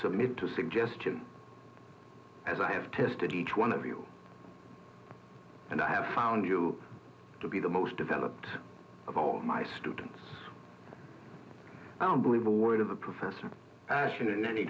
submit to suggestion as i have tested each one of you and i have found you to be the most developed of all my students i don't believe a word of the professor ashton in any